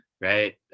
right